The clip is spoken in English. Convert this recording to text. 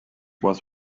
was